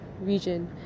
region